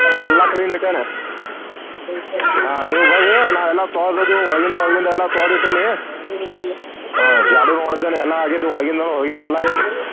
ಎಲ್ಲ ಕ್ಲೀನ್ ಇಟ್ಟೆನಿ ಹಾಂ ನೀವು ಬರ್ರಿ ನಾ ಎಲ್ಲ ತೊಳ್ದದು ಒಳ್ಗಿಂದ ಹೊರ್ಗಿಂದ ಎಲ್ಲ ತೊಳ್ದು ಇಟ್ಟೆನಿ ಹಾಂ ಜಾಡುನು ಹೊಡ್ದ ಮೇಲೆ ಎಲ್ಲ ಆಗ್ಯದು ಒಳಗಿಂದನು ಹೊರ್ಗಿಂದ ಎಲ್ಲ ಆಗೈತಿ